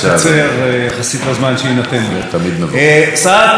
שרת התרבות לא טורחת כמובן להיות גם בדיון הזה.